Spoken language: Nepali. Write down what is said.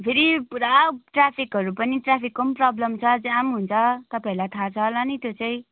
फेरि पुरा ट्राफिकहरू पनि ट्राफिकको पनि प्रोब्लम छ जाम हुन्छ तपाईँहरूलाई थाहा छ होला नि त्यो चाहिँ